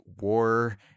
war